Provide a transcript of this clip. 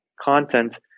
content